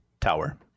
Tower